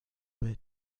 bit